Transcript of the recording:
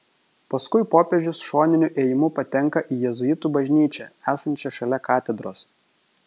paskui popiežius šoniniu įėjimu patenka į jėzuitų bažnyčią esančią šalia katedros